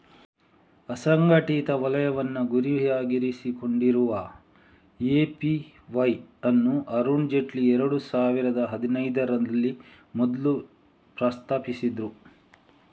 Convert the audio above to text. ಅಸಂಘಟಿತ ವಲಯವನ್ನ ಗುರಿಯಾಗಿಸಿಕೊಂಡಿರುವ ಎ.ಪಿ.ವೈ ಅನ್ನು ಅರುಣ್ ಜೇಟ್ಲಿ ಎರಡು ಸಾವಿರದ ಹದಿನೈದರಲ್ಲಿ ಮೊದ್ಲು ಪ್ರಸ್ತಾಪಿಸಿದ್ರು